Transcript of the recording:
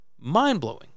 mind-blowing